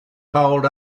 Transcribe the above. hold